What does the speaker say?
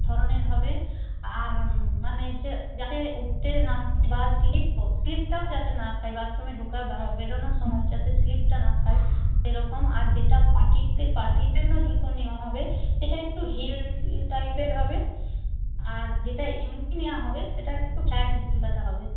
ধরনের হবে আর মানে যাতে উঠতে নামতে বা স্লিপ স্লিপটাও যাতে না খাই বাথরুমে ঢোকা বা বেরোনোর সময় যাতে স্লিপটা না খাই সেরকম আর যেটা পার্টিতে পার্টির জন্য জুতো নেওয়া হবে সেটা একটু হিল হিল টাইপের হবে আর যেটা এমনি নেওয়া হবে সেটা একটু ফ্ল্যাট জুতোটা হবে